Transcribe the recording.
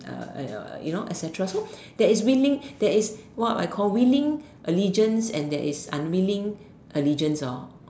uh you know etcetera so that is willing there is what I call willing allegiance and there is unwilling allegiance orh